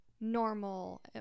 normal